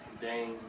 Dane